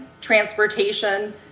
transportation